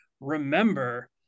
remember